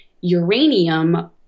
uranium